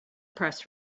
press